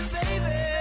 baby